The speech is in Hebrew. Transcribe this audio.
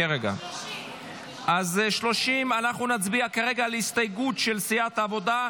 30. אנחנו נצביע כרגע על הסתייגות של סיעת העבודה,